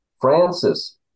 Francis